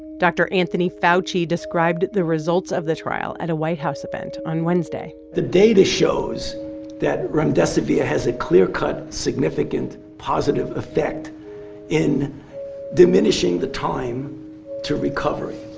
dr. anthony fauci described the results of the trial at a white house event on wednesday the data shows that remdesivir ah has a clear-cut, significant positive effect in diminishing the time to recovery.